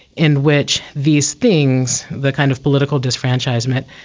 in which these things, the kind of political disfranchisement,